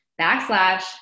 backslash